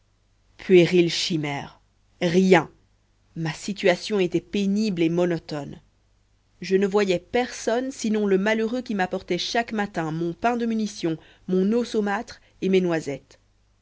puérile chimère rien ma situation était pénible et monotone je ne voyais personne sinon le malheureux qui m'apportait chaque matin mon pain de munition mon eau saumâtre et mes noisettes